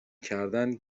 کردن